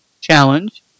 challenge